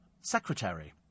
secretary